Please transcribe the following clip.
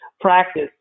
practice